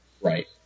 Right